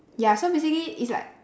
ya so basically it's like